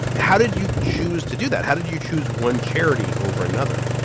how did you choose to do that? how did you choose one charity over another?